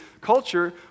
culture